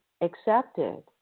accepted